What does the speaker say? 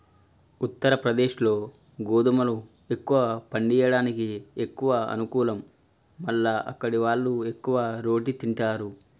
ఉత్తరప్రదేశ్లో గోధుమలు ఎక్కువ పండియడానికి ఎక్కువ అనుకూలం మల్ల అక్కడివాళ్లు ఎక్కువ రోటి తింటారు